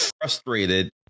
frustrated